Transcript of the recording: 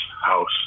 House